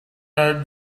hurt